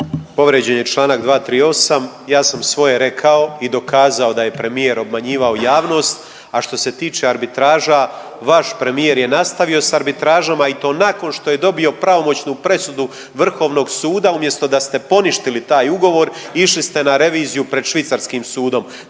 Povrijeđen je članak 238. ja sam svoje rekao i dokazao da je premijer obmanjivao javnost, a što se tiče arbitraža vaš premijer je nastavio sa arbitražama i to nakon što je dobio pravomoćnu presudu Vrhovnog suda. Umjesto da ste poništili taj ugovor išli ste na reviziju pred švicarskim sudom.